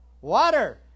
Water